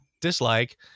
dislike